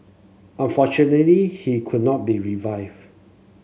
unfortunately he could not be revived